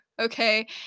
okay